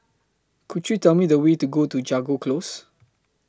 Could YOU Tell Me The Way to Go to Jago Close